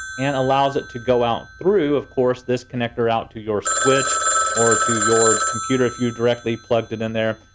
and allows it to go out though, of course, this connector out to your switch or to your computer. if you'd directly plugged it in there,